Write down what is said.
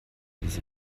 diese